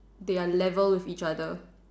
they are level with each other